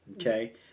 okay